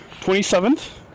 27th